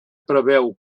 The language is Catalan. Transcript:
preveu